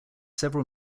several